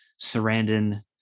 Sarandon